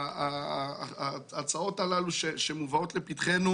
ההצעות הללו שמובאות לפתחנו